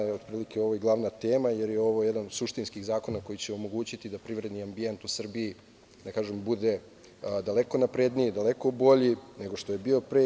Ovo je i glavna tema jer je ovo jedan od suštinskih zakona koji će omogućiti da privredni ambijent u Srbiji bude daleko napredniji, daleko bolji nego što je bio pre.